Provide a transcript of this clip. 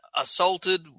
assaulted